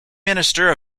minister